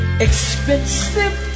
expensive